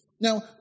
Now